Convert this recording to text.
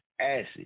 acid